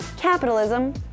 capitalism